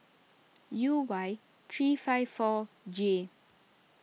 U Y three five four J